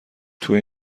توی